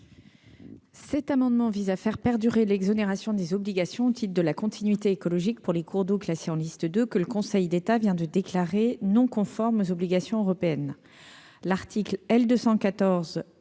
Cet amendement vise à faire perdurer l'exonération. Sont des obligations au titre de la continuité écologique pour les cours d'eau, classé en liste de que le Conseil d'État vient de déclarer non conforme aux obligations européennes,